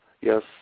Yes